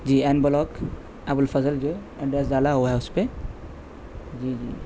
جی N block Abul Fazl جو address ڈالا ہوا ہے اس پہ جی جی